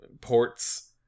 ports